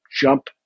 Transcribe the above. jump